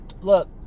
look